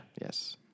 Yes